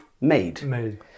made